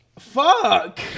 Fuck